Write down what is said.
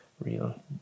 Real